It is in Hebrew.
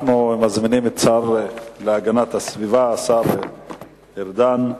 אנחנו מזמינים את השר להגנת הסביבה, השר ארדן,